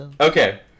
Okay